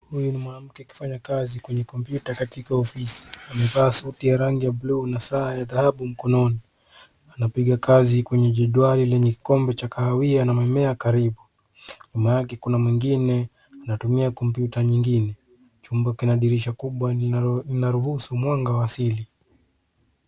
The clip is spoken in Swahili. Huyu ni mwanamke akifanya kazi kwenye kompyuta katika ofisi. Amevaa suti ya rangi ya buluu na saa ya dhahabu mkononi. Anapiga kazi kwenye jadwari lenye kikombe cha kahawia na mimea karibu. Nyuma yake kuna mwingine anatumia kompyuta nyingine. Chumba kina dirisha kubwa linaruhusu mwanga wa asili.